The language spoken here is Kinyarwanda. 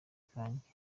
kanjye